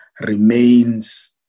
remains